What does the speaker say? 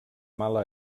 mala